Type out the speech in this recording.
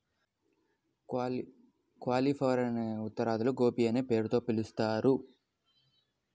క్యాలిఫ్లవరునే ఉత్తరాదిలో గోబీ అనే పేరుతో పిలుస్తారు